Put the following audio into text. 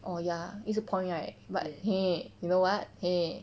orh ya 也是 point right but you know what